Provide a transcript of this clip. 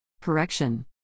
Correction